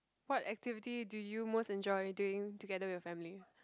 what activity do you most enjoy during together with your family